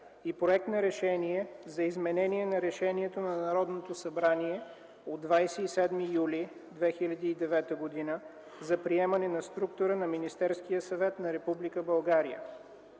и проект на Решение за изменение на Решението на Народното събрание от 27 юли 2009 г. за приемане на структурата на Министерския съвет на Република България.